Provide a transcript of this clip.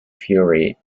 fury